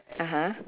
(uh huh)